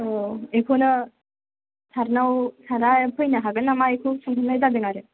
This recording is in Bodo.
औ एखौनो सारनाव सारा फैनो हागोन नामा बेखौ सोंहरनाय जादों आरो